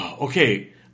Okay